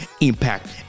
impact